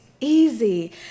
easy